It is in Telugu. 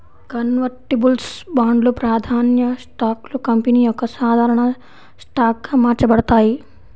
కన్వర్టిబుల్స్ బాండ్లు, ప్రాధాన్య స్టాక్లు కంపెనీ యొక్క సాధారణ స్టాక్గా మార్చబడతాయి